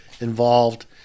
involved